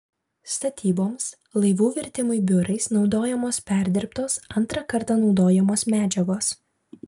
statyboms laivų virtimui biurais naudojamos perdirbtos antrą kartą naudojamos medžiagos